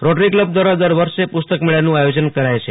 rotary club દ્વારા દર વર્ષે પુસ્તક મેળાનું આયોજન કરાય છે